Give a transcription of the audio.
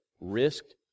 risked